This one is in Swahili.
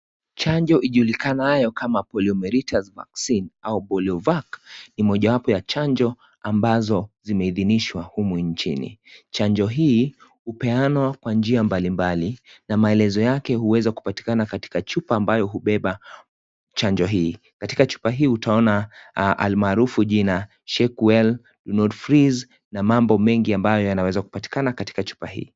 Chanjo ijulikanaayo kama Polio Meriters Vaccine au PolioVac ni moja wapo ya chanjo ambazo zimeidhinishwa humu nchini. Chanjo hii upeanwa kwa njia mbalimbali na maelezo yake huweza kupatikana katika chupa ambayo hubeba chanjo hii. Katika chupa hii utaona almarufu jina (cs) shake well, do not freeze (cs) na mambo mingi ambayo yanawezo kupatikana katika chupa hii.